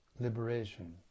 liberation